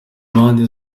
impande